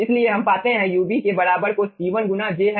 इसलिए हम पाते हैं ub के बराबर को C1 गुणा j हैं